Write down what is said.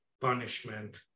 punishment